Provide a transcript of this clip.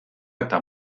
eta